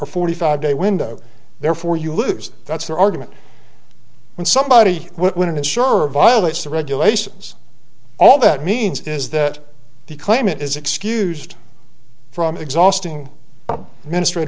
or forty five day window therefore you lose that's their argument when somebody when an insurer violates the regulations all that means is that the claimant is excused from exhausting mistr